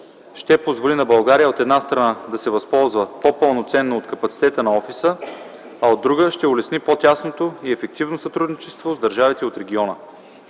ще позволи на България от една страна да се възползва по-пълноценно от капацитета на офиса, а от друга – ще улесни по-тясното и ефективно сътрудничество с държавите от региона.